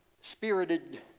spirited